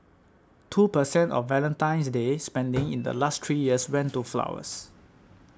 two per cent of Valentine's Day spending in the last three years went to flowers